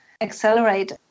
accelerate